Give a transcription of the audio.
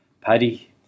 Paddy